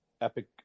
epic